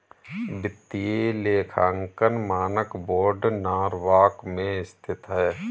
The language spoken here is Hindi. वित्तीय लेखांकन मानक बोर्ड नॉरवॉक में स्थित है